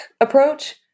approach